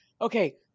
Okay